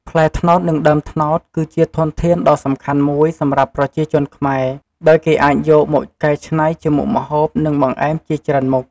ផ្លែត្នោត និងដើមត្នោត គឺជាធនធានដ៏សំខាន់មួយសម្រាប់ប្រជាជនខ្មែរ ដោយគេអាចយកមកកែច្នៃជាមុខម្ហូប និងបង្អែមជាច្រើនមុខ។